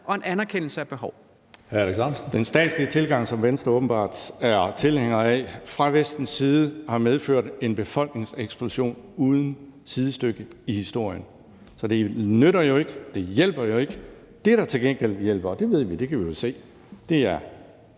Alex Ahrendtsen (DF): Den statslige tilgang, som Venstre åbenbart er tilhænger af, fra Vestens side har medført en befolkningseksplosion uden sidestykke i historien. Så det nytter jo ikke; det hjælper jo ikke. Det, der til gengæld hjælper, og det ved vi, for det kan vi jo se, er,